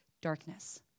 darkness